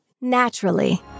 Naturally